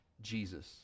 Jesus